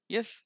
Yes